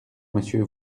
monsieur